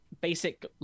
basic